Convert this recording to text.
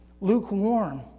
lukewarm